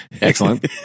Excellent